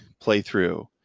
playthrough